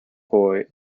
boy